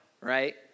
Right